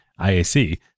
IAC